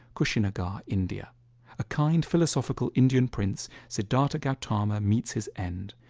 kushinagar, india a kind philosophical indian prince, siddhartha gautama meets his end,